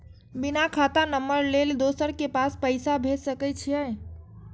बिना खाता नंबर लेल दोसर के पास पैसा भेज सके छीए?